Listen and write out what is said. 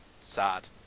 sad